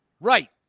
Right